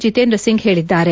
ಜಿತೇಂದ್ರ ಸಿಂಗ್ ಹೇಳಿದ್ದಾರೆ